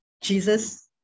Jesus